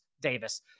Davis